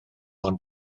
ond